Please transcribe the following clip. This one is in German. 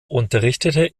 unterrichtete